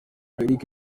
eric